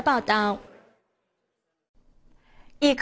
about it